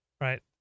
right